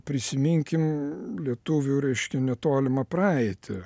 prisiminkim lietuvių reiškia netolimą praeitį